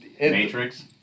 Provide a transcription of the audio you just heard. Matrix